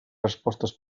respostes